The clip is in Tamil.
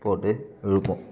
போட்டு இழுப்போம்